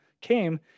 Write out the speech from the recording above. came